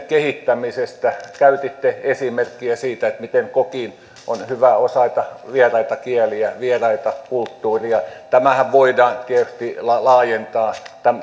kehittämisestä käytitte esimerkkiä siitä miten kokin on hyvä osata vieraita kieliä vieraita kulttuureja tämähän voidaan tietysti laajentaa